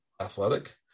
athletic